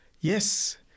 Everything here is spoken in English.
Yes